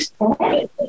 Okay